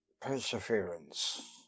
Perseverance